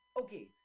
Okay